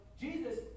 Jesus